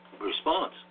response